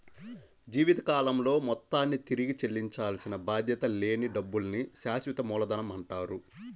జీవితకాలంలో మొత్తాన్ని తిరిగి చెల్లించాల్సిన బాధ్యత లేని డబ్బుల్ని శాశ్వత మూలధనమంటారు